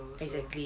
exactly